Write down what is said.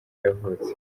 yavutse